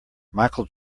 michael